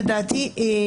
לדעתי,